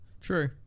true